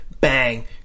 bang